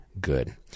good